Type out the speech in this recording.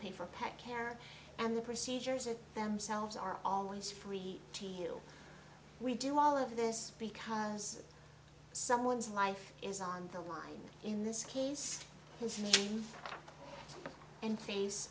care and the procedures it themselves are always free we do all of this because someone's life is on the line in this case his name and